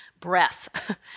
breath